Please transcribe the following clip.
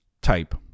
type